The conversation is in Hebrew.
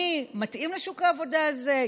אני מתאים לשוק העבודה הזה,